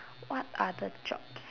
what other jobs